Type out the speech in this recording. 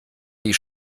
die